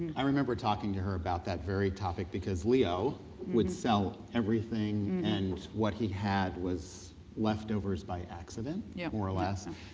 i remember talking to her about that very topic because leo would sell everything and what he had was left of her's by accident yeah more or less.